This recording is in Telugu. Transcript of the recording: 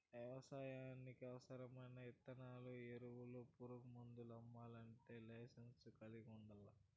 వ్యవసాయానికి అవసరమైన ఇత్తనాలు, ఎరువులు, పురుగు మందులు అమ్మల్లంటే లైసెన్సును కలిగి ఉండల్లా